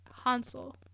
Hansel